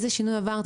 איזה שינוי עברת,